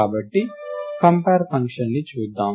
కాబట్టి కంపేర్ ఫంక్షన్ని చూద్దాం